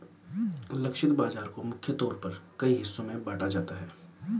लक्षित बाजार को मुख्य तौर पर कई हिस्सों में बांटा जाता है